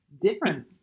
different